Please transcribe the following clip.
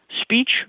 speech